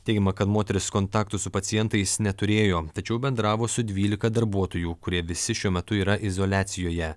teigiama kad moteris kontaktų su pacientais neturėjo tačiau bendravo su dvylika darbuotojų kurie visi šiuo metu yra izoliacijoje